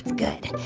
good.